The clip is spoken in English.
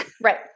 Right